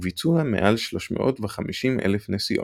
וביצוע מעל 350,000 נסיעות.